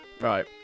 Right